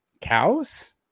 cows